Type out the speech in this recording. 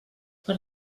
per